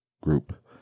group